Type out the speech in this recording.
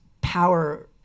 power